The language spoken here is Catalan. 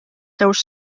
seus